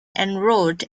enrolled